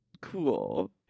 cool